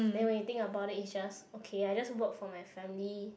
then when you think about it it's just okay I just work for my family